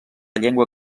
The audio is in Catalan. llengua